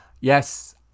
Yes